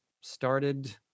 started